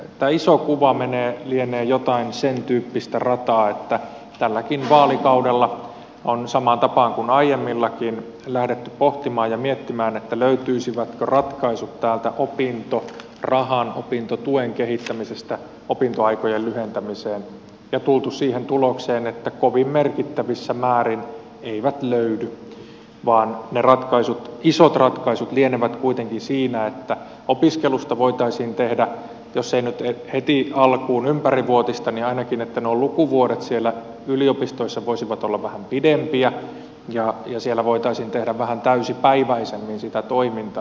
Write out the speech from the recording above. tämä iso kuva lienee jotain sentyyppistä rataa että tälläkin vaalikaudella samaan tapaan kuin aiemmillakin on lähdetty pohtimaan ja miettimään löytyisivätkö ratkaisut opintoaikojen lyhentämiseen täältä opintorahan opintotuen kehittämisestä ja on tultu siihen tulokseen että kovin merkittävissä määrin eivät löydy vaan ne ratkaisut isot ratkaisut lienevät kuitenkin siinä että opiskelusta voitaisiin tehdä jos ei nyt heti alkuun ympärivuotista niin ainakin että lukuvuodet siellä yliopistoissa voisivat olla vähän pidempiä ja siellä voisi olla vähän täysipäiväisemmin sitä toimintaa